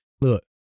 look